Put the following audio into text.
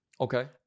okay